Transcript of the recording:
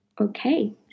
Okay